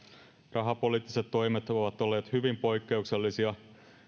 rahapoliittiset toimet ovat olleet hyvin poikkeuksellisia